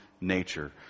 nature